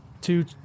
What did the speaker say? Two